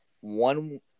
one